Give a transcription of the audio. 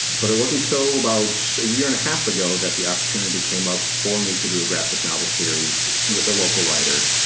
but it wasn't until about a year and a half ago that the opportunity came up for me to do a graphic novel series with a local writer.